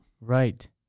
Right